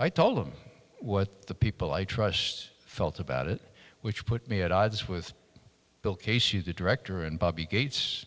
i told him what the people i trust felt about it which put me at odds with bill casey the director and bobby gates